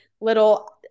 little